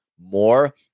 more